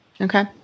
Okay